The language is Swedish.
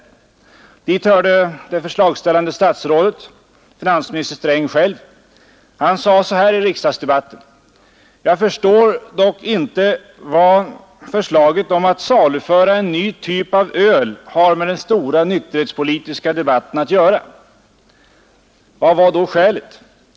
Till dem hörde det förslagsställande statsrådet, finansminister Sträng själv. Han sade följande i riksdagsdebatten: ”Jag förstår dock inte vad förslaget om att saluföra en ny typ av öl har med den stora nykterhetspolitiska debatten att göra.” Vad var då skälet?